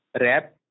rap